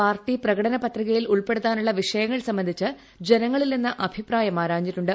party പ്രകട പത്രികയിൽ ഉൾപ്പെടുത്താനുള്ള വിഷയങ്ങൾ സംബന്ധിച്ച് ജനങ്ങളിൽ നിന്ന് അഭിപ്രായം ആരാഞ്ഞിട്ടുണ്ട്